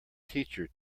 teacher